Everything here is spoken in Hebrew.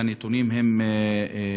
הנתונים הם מזוויעים,